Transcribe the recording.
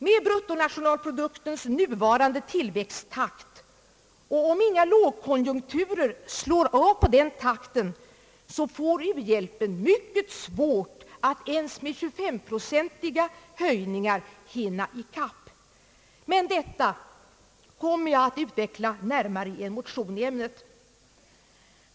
Med bruttonationalproduktens nuvarande tillväxttakt och om inga lågkonjunkturer slår av på den takten får u-hjälpen mycket svårt att ens med 25-procentiga höjningar hinna i kapp. Men detta kommer jag att utveckla närmare i en motion i ämnet.